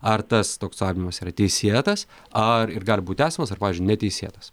ar tas toks stabdymas yra teisėtas ar ir gali būt tęsiamas ar pavyzdžiui neteisėtas